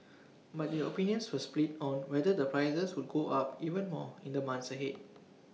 but their opinions were split on whether the prices would go up even more in the months ahead